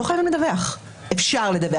לא חייבים לדווח, אפשר לדווח.